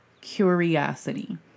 curiosity